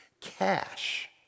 cash